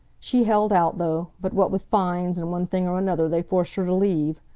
she held out, though, but what with fines, and one thing or another, they forced her to leave.